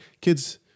kids